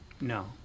No